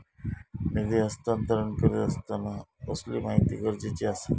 निधी हस्तांतरण करीत आसताना कसली माहिती गरजेची आसा?